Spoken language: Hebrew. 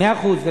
מאה אחוז.